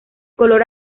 color